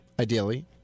ideally